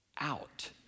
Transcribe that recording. out